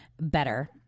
better